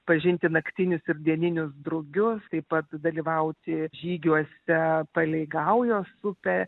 pažinti naktinius ir dieninių drugius taip pat dalyvauti žygiuose palei gaujos upę